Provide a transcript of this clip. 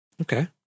Okay